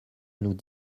nous